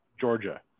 Georgia